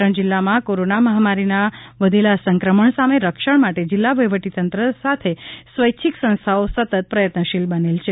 પાટણ જિલ્લામાં કોરોના મહામારીના વધેલા સંક્રમણ સામે રક્ષણ માટે જિલ્લા વહીવટી તંત્ર સાથે સ્વૈચ્છિક સંસ્થાઓ સતત પ્રયત્નશીલ બનેલ છે